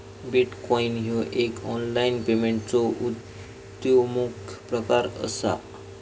bitcoin ह्यो एक online पेमेंटचो उद्योन्मुख प्रकार असा